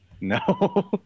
no